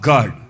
God